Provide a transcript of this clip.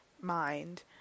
mind